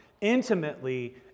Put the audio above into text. intimately